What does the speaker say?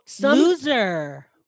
loser